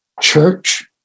church